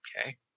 Okay